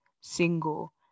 single